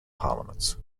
parliaments